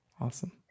Awesome